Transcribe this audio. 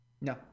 No